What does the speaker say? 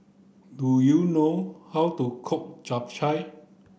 do you know how to cook chap chai